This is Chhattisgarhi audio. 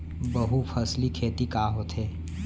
बहुफसली खेती का होथे?